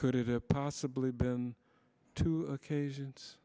could it have possibly been two occasions